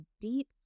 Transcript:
deep